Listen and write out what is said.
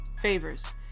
favors